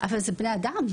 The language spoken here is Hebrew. אבל זה בני אדם.